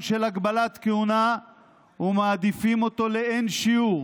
של הגבלת כהונה ומעדיפים אותו לאין שיעור